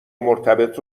مرتبط